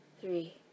three